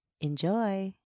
Enjoy